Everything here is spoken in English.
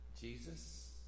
Jesus